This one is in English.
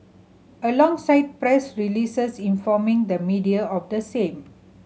alongside press releases informing the media of the same